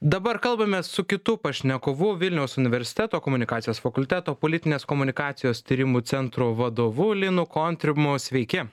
dabar kalbamės su kitu pašnekovu vilniaus universiteto komunikacijos fakulteto politinės komunikacijos tyrimų centro vadovu linu kontrimu sveiki